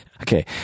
Okay